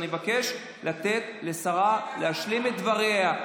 אני מבקש לתת לשרה להשלים את דבריה.